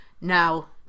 now